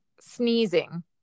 sneezing